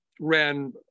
ran